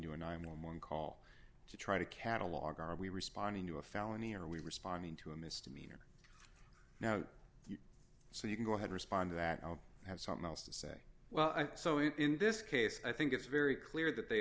a nine normal in call to try to catalogue are we responding to a felony are we responding to a misdemeanor now so you can go ahead respond to that i'll have something else to say well i think so in this case i think it's very clear that they